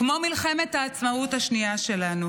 כמו מלחמת העצמאות השנייה שלנו